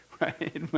right